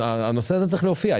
הנושא זה צריך להופיע.